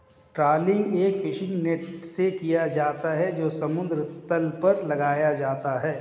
trawling एक fishing net से किया जाता है जो समुद्र तल पर लगाया जाता है